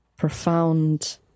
profound